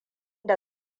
da